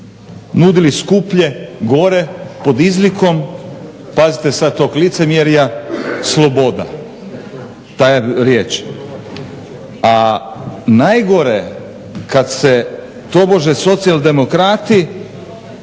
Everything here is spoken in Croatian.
nudili skuplje, gore, pod izlikom pazite sad tog licemjerja sloboda, ta riječ. A najgore kad se tobože socijaldemokrati